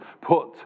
put